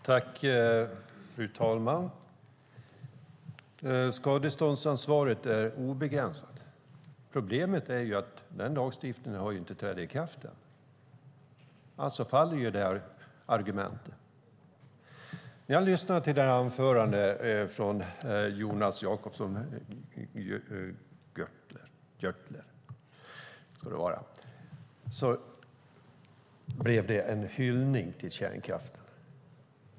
Fru talman! Skadeståndsansvaret är obegränsat. Problemet är att lagstiftningen inte har trätt i kraft ännu. Alltså faller detta argument. Jag lyssnade på Jonas Jacobsson Gjörtlers anförande. Det var en hyllning till kärnkraften.